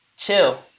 Chill